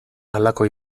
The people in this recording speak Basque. halako